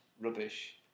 Rubbish